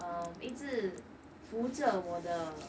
um 一致扶着我的